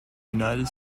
united